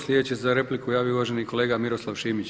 Slijedeći se za repliku javio uvaženi kolega Miroslav Šimić.